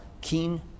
keen